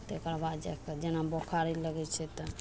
तकर बाद जाकऽ जेना बोखारे लगय छै